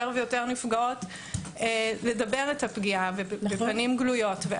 ויותר נפגעות לדבר את הפגיעה בפנים גלויות.